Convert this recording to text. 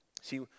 See